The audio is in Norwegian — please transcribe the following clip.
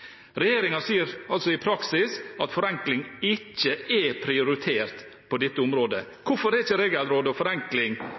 sier altså i praksis at forenkling ikke er prioritert på dette området.